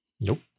Nope